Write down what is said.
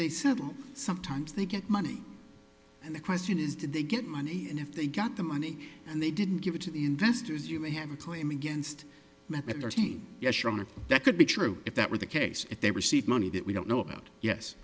said sometimes they get money and the question is did they get money and if they got the money and they didn't give it to the investors you may have a claim against my better team yes that could be true if that were the case if they receive money that we don't know about yes